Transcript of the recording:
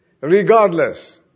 Regardless